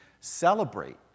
celebrate